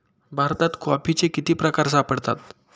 भारतात कॉफीचे किती प्रकार सापडतात?